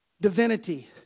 divinity